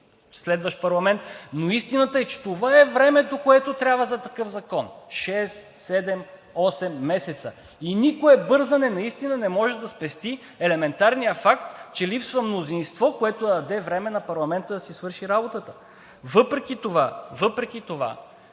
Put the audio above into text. следващ парламент, но истината е, че това е времето, което трябва за такъв закон – шест, седем, осем месеца и никое бързане наистина не може да спести елементарния факт, че липсва мнозинство, което да даде време на парламента да си свърши работата. Въпреки това мисля,